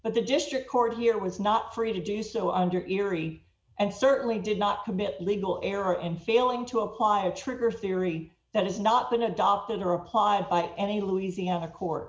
but the district court here was not free to do so under erie and certainly did not commit legal error in failing to apply a trigger theory that has not been adopted or applied by any louisiana court